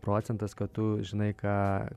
procentas kad tu žinai ką